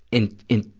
in, in,